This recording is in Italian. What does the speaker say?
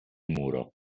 muro